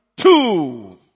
two